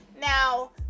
Now